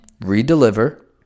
Re-deliver